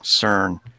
cern